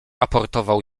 aportował